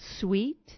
sweet